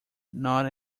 not